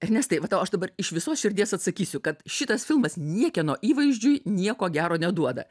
ernestai vat tau aš dabar iš visos širdies atsakysiu kad šitas filmas niekieno įvaizdžiui nieko gero neduoda